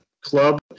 club